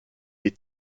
des